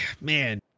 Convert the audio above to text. man